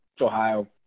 Ohio